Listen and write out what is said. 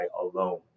alone